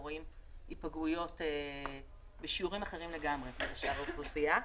רואים היפגעויות בשיעורים אחרים לגמרי משאר האוכלוסייה.